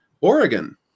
Oregon